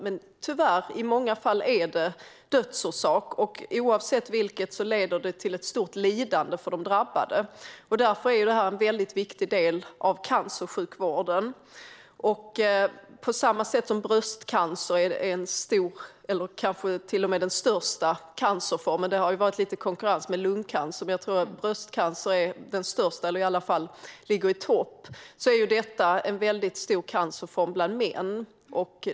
Men tyvärr är det dödsorsaken i många fall. Oavsett vilket leder prostatacancer till ett stort lidande för de drabbade. Därför är det här en väldigt viktig del av cancersjukvården. En stor cancerform är bröstcancer. Det är kanske till och med den största. Det har varit lite konkurrens med lungcancer, men jag tror att bröstcancer är den största eller i alla fall ligger i toppskiktet. Bland män är prostatacancer en väldigt stor cancerform.